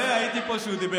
אדוני, לא היית כשקראו לך.